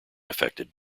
affected